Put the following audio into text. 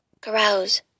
Carouse